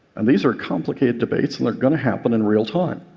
and these are complicated debates and they're going to happen in real time.